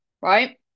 right